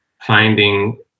finding